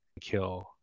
kill